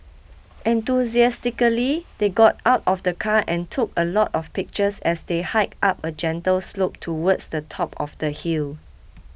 enthusiastically they got out of the car and took a lot of pictures as they hiked up a gentle slope towards the top of the hill